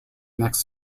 next